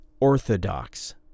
Orthodox